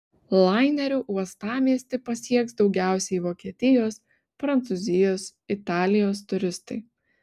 laineriu uostamiestį pasieks daugiausiai vokietijos prancūzijos italijos turistai